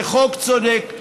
זה חוק צודק.